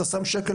אתה שם שקל,